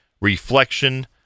reflection